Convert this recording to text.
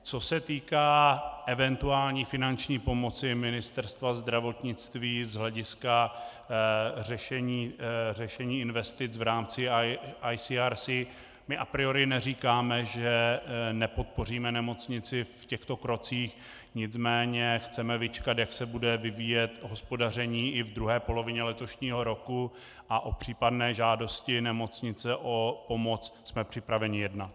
Co se týká eventuální finanční pomoci Ministerstva zdravotnictví z hlediska řešení investic v rámci ICRC, a priori neříkáme, že nepodpoříme nemocnici v těchto krocích, nicméně chceme vyčkat, jak se bude vyvíjet hospodaření i v druhé polovině letošního roku, a o případné žádosti nemocnice o pomoc jsme připraveni jednat.